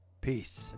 Peace